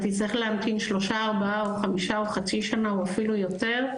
תצטרך להמתין שלושה-ארבעה-חמישה או חצי שנה או אפילו יותר,